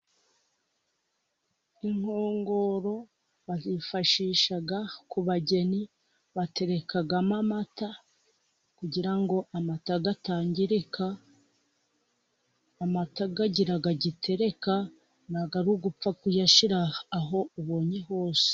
Inkongoro bazifashisha ku bageni baterekamo amata, kugira amata atangirika, amata agira gitereka ntabwo ari ugupfa kuyashyira aho ubonye hose.